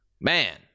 man